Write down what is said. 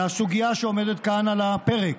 לסוגיה שעומדת כאן על הפרק